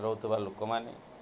ରହୁଥିବା ଲୋକମାନେ